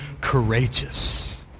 courageous